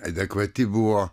adekvati buvo